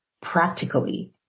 practically